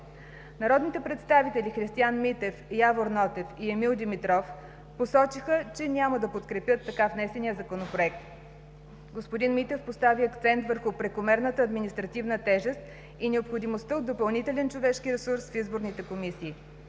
Народните представители Христиан Митев, Явор Нотев и Емил Димитров посочиха, че няма да подкрепят така внесения Законопроект. Господин Митев постави акцент върху прекомерната административна тежест и необходимостта от допълнителен човешки ресурс в изборните комисии.